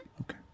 Okay